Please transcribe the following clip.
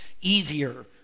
easier